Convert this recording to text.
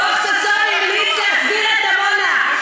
דוח ששון המליץ להסדיר את עמונה.